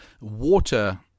water